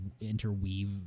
interweave